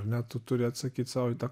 ar ne tu turi atsakyt sau į tą